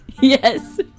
Yes